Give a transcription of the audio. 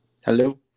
Hello